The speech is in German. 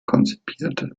konzipiert